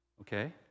Okay